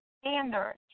Standard